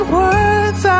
words